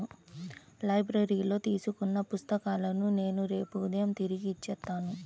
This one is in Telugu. లైబ్రరీలో తీసుకున్న పుస్తకాలను నేను రేపు ఉదయం తిరిగి ఇచ్చేత్తాను